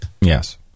Yes